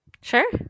Sure